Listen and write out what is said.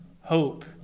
hope